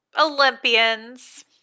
Olympians